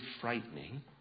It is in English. frightening